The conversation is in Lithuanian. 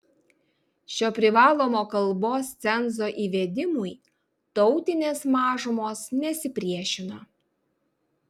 šio privalomo kalbos cenzo įvedimui tautinės mažumos nesipriešino